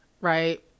right